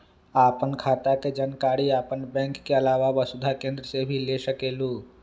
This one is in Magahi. आपन खाता के जानकारी आपन बैंक के आलावा वसुधा केन्द्र से भी ले सकेलु?